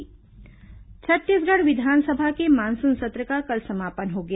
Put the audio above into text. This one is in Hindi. विधानसभा सत्र समापन छत्तीसगढ़ विधानसभा के मानसून सत्र का कल समापन हो गया